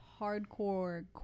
hardcore